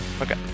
Okay